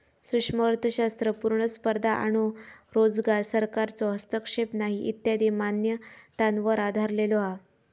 सूक्ष्म अर्थशास्त्र पुर्ण स्पर्धा आणो रोजगार, सरकारचो हस्तक्षेप नाही इत्यादी मान्यतांवर आधरलेलो हा